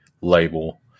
label